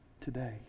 today